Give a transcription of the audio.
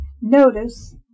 Notice